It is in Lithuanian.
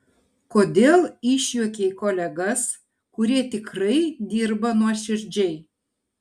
kodėl išjuokei kolegas kurie tikrai dirba nuoširdžiai